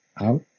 out